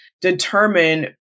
determine